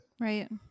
Right